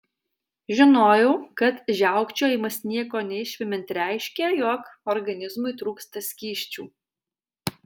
žinojau kad žiaukčiojimas nieko neišvemiant reiškia jog organizmui trūksta skysčių